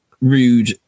Rude